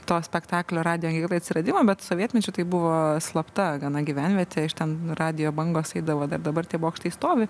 to spektaklio radijo atsiradimą bet sovietmečiu tai buvo slapta gana gyvenvietė iš ten radijo bangos eidavo dabar tie bokštai stovi